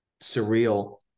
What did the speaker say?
surreal